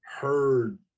heard